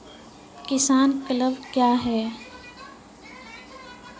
किसान क्लब क्या हैं?